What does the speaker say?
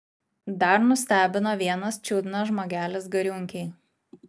dar nustebino vienas čiudnas žmogelis gariūnkėj